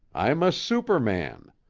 i'm a superman.